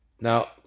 Now